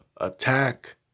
attack